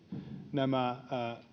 nämä